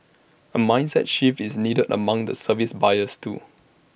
A mindset shift is needed among the service buyers too